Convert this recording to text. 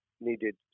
needed